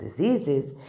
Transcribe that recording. diseases